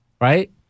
right